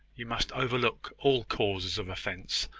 you must overlook all causes of offence.